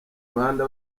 mihanda